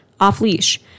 off-leash